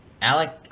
Alec